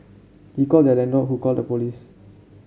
he called their landlord who called the police